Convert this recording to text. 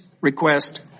request